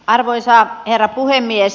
arvoisa herra puhemies